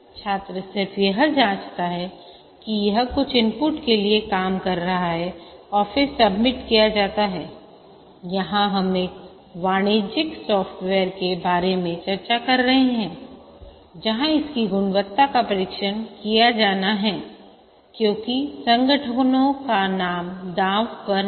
छात्र सिर्फ यह जाँचता है कि यह कुछ इनपुट के लिए काम कर रहा है और फिर सबमिट किया गया है यहां हम एक वाणिज्यिक सॉफ़्टवेयर के बारे में चर्चा कर रहे हैं जहाँ इसकी गुणवत्ता का परीक्षण किया जाना है क्योंकि संगठनों का नाम दांव पर है